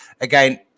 again